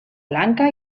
lanka